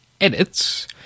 Edits